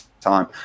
time